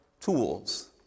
tools